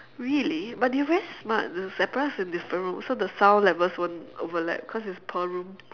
really but they are very smart they separate us in different rooms so the sound levels won't overlap cause it's per room